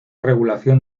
regulación